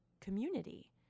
community